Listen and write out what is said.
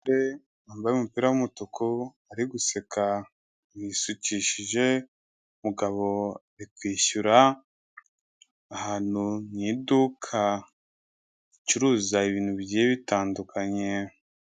Umugore wambaye umupira w’umutuku ari guseka wisukishije. Umugabo ari kwishyura ahantu mu iduka ricuruza ibintu bigiye bitandukanye.